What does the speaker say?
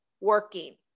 working